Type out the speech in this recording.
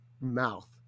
mouth